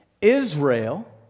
Israel